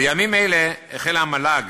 בימים אלה החלה המל"ג